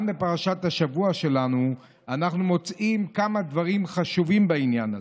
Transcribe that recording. גם בפרשת השבוע שלנו אנחנו מוצאים כמה דברים חשובים בעניין הזה,